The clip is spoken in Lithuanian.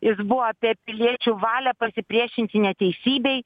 jis buvo apie piliečių valią pasipriešinti neteisybei